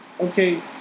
Okay